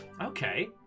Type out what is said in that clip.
Okay